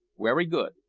werry good,